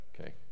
Okay